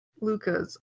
Lucas